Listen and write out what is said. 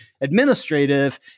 administrative